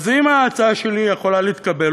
אז אם ההצעה שלי יכולה להתקבל,